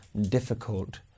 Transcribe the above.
difficult